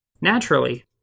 Naturally